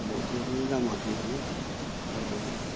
বহুত দূৰ দূৰলৈ যাও মাছ ধৰিবলে আৰু